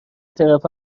طرف